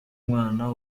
umwana